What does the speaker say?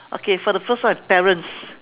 okay for the first one parents